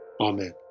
amen